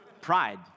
Pride